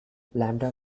lambda